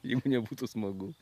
jeigu nebūtų smagu